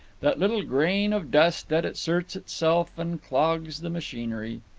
that little grain of dust that asserts itself and clogs the machinery.